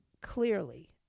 clearly